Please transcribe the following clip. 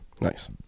Nice